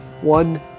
one